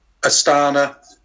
Astana